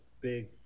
big